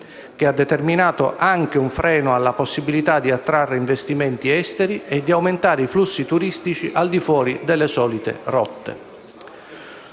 che ha determinato anche un freno alla possibilità di attrarre investimenti esteri e di aumentare i flussi turistici al di fuori delle solite rotte